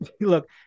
Look